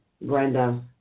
Brenda